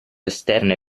esterne